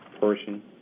person